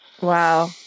Wow